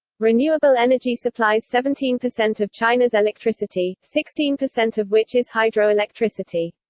renewable energy supplies seventeen percent of china's electricity, sixteen percent of which is hydroelectricity.